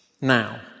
now